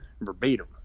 verbatim